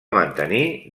mantenir